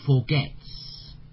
forgets